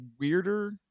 weirder